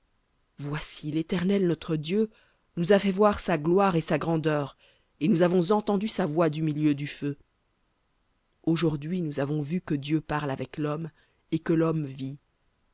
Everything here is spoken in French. voici l'éternel notre dieu nous a fait voir sa gloire et sa grandeur et nous avons entendu sa voix du milieu du feu aujourd'hui nous avons vu que dieu parle avec l'homme et que vit